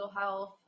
health